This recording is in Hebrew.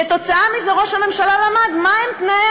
כתוצאה מזה ראש הממשלה למד מה הם תנאי